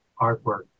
artwork